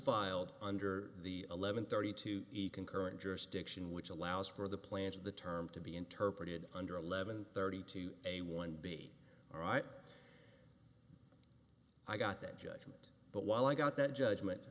filed under the eleven thirty two eek and current jurisdiction which allows for the plant of the term to be interpreted under eleven thirty two a one b all right i got that judgment but while i got that judgment